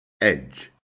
Edge